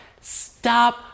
Stop